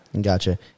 Gotcha